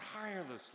tirelessly